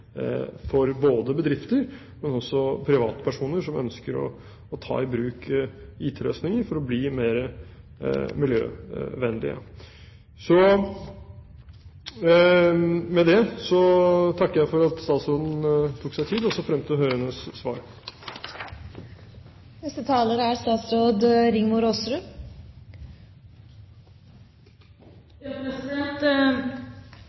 bedrifter, men også for privatpersoner som ønsker å ta i bruk IT-løsninger for å bli miljøvennlige. Med det takker jeg for at statsråden tok seg tid, og ser frem til å høre hennes svar. Jeg er